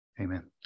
Amen